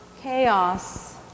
chaos